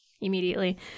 immediately